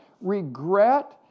regret